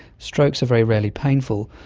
strokes are very rarely painful,